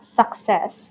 success